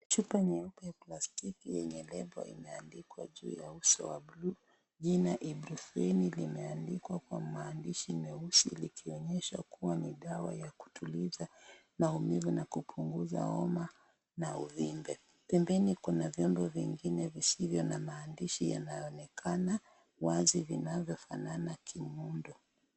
Chupa nyeupe ya plasitiki yenye nembo imeandikwa juu ya uso wa buluu jina IBUPROFEN limeandikwa kwa maadhishi meusi likionyesha kuwa ni dawa ya kutuliza maumivu na kupunguza homa na ufimbe ,pembeni kuna viungo vingine visivyo na maandishi yanaonekana wazi kimuundo.